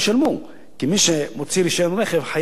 כי מי שמוציא רשיון רכב יהיה חייב לשלם את האגרה.